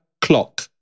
clock